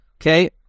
Okay